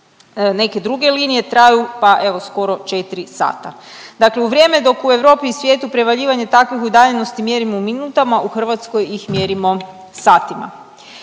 Neke druge linije traju, pa evo skoro 4 sata. Dakle, u vrijeme dok u Europi i svijetu prevaljivanje takvih udaljenosti mjerimo u minutama u Hrvatskoj ih mjerimo satima.